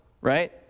right